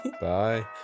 bye